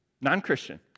non-Christian